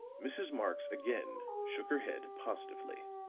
mrs. marx again shook her head positively.